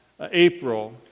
April